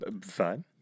fine